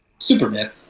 Superman